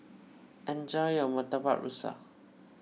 enjoy your Murtabak Rusa